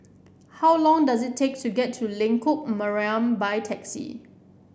how long does it take to get to Lengkok Mariam by taxi